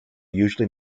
usually